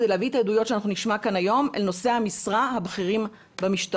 כדי להביא את העדויות שנשמע כאן היום אל נושאי המשרה הבכירים במשטרה.